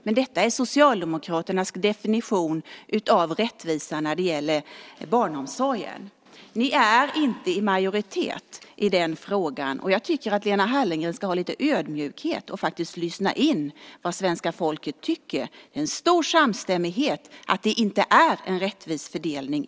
Men detta är Socialdemokraternas definition av rättvisa när det gäller barnomsorgen. Ni är inte i majoritet i den frågan. Jag tycker att Lena Hallengren ska visa lite ödmjukhet och faktiskt lyssna in vad svenska folket tycker. Det finns en stor samstämmighet om att det i dag inte är en rättvis fördelning.